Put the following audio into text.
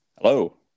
Hello